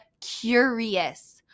curious